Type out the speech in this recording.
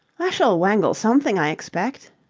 i shall wangle something, i expect.